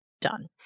done